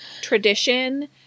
tradition